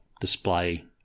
display